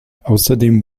außerdem